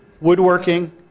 woodworking